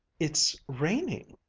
it's raining,